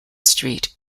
street